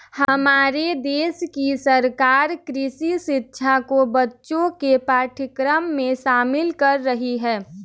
हमारे देश की सरकार कृषि शिक्षा को बच्चों के पाठ्यक्रम में शामिल कर रही है